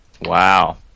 Wow